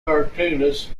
cartoonist